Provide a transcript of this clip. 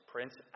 Prince